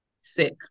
sick